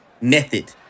method